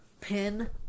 pin